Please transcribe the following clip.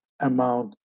amount